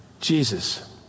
Jesus